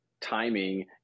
timing